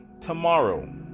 tomorrow